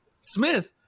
Smith